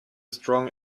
strong